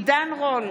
עידן רול,